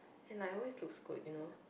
and I always looks good you know